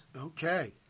Okay